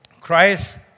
Christ